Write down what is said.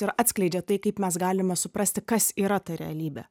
ir atskleidžia tai kaip mes galime suprasti kas yra ta realybė